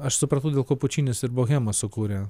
aš supratau dėl ko pučinis ir bohemą sukūrė